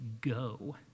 go